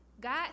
God